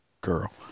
girl